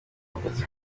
warokotse